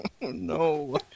no